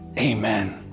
Amen